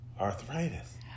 arthritis